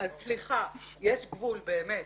אז סליחה, יש גבול, באמת.